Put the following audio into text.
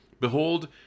behold